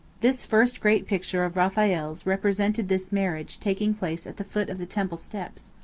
this first great picture of raphael's represented this marriage taking place at the foot of the temple steps.